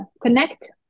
connect